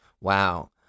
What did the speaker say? Wow